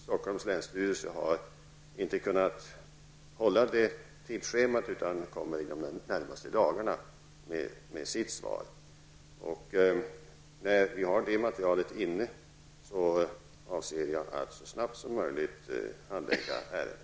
Stockholms länsstyrelse har inte kunnat hålla tidsschemat utan inkommer under de närmaste dagarna med sitt svar. När vi har det materialet inne avser jag att så snabbt som möjligt handlägga ärendet.